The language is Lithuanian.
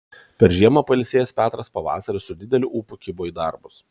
per žiemą pailsėjęs petras pavasarį su dideliu ūpu kibo į darbus